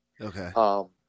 Okay